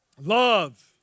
love